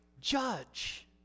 judge